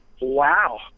wow